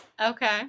okay